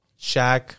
Shaq